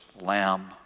lamb